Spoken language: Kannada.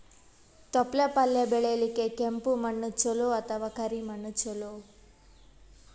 ತೊಪ್ಲಪಲ್ಯ ಬೆಳೆಯಲಿಕ ಕೆಂಪು ಮಣ್ಣು ಚಲೋ ಅಥವ ಕರಿ ಮಣ್ಣು ಚಲೋ?